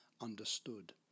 understood